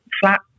flat